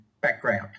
background